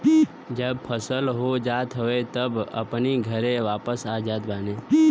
जब फसल हो जात हवे तब अपनी घरे वापस आ जात बाने